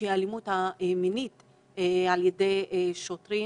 שהיא האלימות המינית על ידי שוטרים,